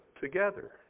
together